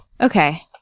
Okay